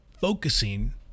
focusing